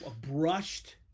brushed